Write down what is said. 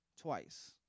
Twice